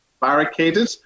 barricaded